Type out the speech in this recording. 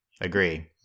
agree